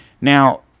Now